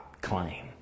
claim